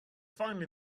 finally